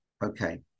Okay